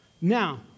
Now